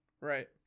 Right